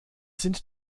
sind